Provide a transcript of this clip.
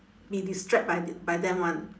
be distract by th~ them [one]